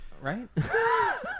right